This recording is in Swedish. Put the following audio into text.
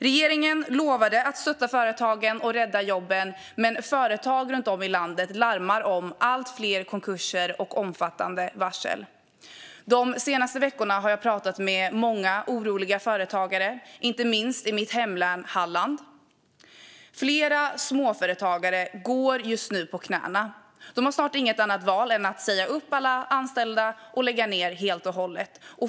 Regeringen lovade att stötta företagen och rädda jobben, men företag runt om i landet larmar om allt fler konkurser och omfattande varsel. De senaste veckorna har jag pratat med många oroliga företagare, inte minst i mitt hemlän Halland. Flera småföretagare går just nu på knäna. De har snart inget annat val än att säga upp alla anställda och lägga ned helt och hållet.